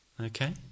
Okay